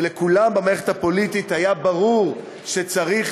ולכולם במערכת הפוליטית היה ברור שצריך